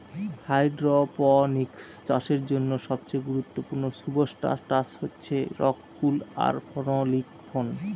hydroponics চাষের জন্য সবচেয়ে গুরুত্বপূর্ণ সুবস্ট্রাটাস হচ্ছে রক উল আর ফেনোলিক ফোম